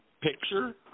picture